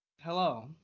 hello